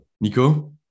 Nico